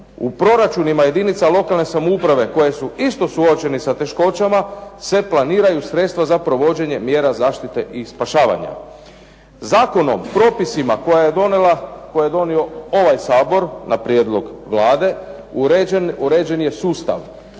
U proračunima jedinica lokalne samouprave koje su isto suočene sa teškoćama, se planiraju sredstva za provođenje mjera zaštite i spašavanja. Zakonom propisima koje je donio ovaj Sabor na prijedlog Vlade uređen je sustav.